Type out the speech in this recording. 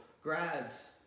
grads